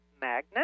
magnet